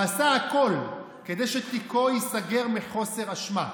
הוא עשה הכול כדי שתיקו ייסגר מחוסר אשמה.